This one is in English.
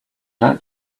that